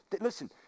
Listen